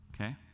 Okay